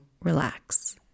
relax